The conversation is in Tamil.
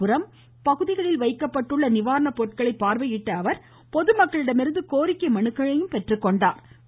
புரம் பகுதிகளில் வைக்கப்பட்டுள்ள நிவாரண பொருட்களை பார்வையிட்ட அவர் பொதுமக்களிடமிருந்து கோரிக்கை மனுக்களை பெற்றுக்கொண்டாா்